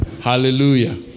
Hallelujah